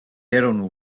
ეროვნულ